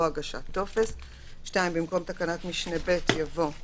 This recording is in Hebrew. הגשת טופס"; (2) במקום תקנת משנה (ב) יבוא: